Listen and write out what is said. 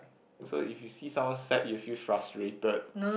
so if you see someone sad you feel frustrated